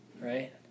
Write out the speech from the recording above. right